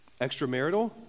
Extramarital